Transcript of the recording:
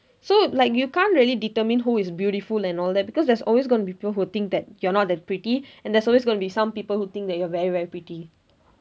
so like you can't really determine who is beautiful and all that because there's always gonna be people who think that you are not that pretty and there's always gonna be some people who think that you are very very pretty